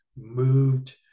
moved